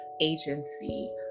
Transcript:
agency